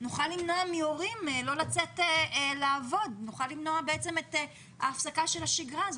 נוכל לאפשר להורים לצאת לעבוד ונוכל למנוע את ההפסקה הזאת בשגרה.